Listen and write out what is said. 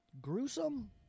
gruesome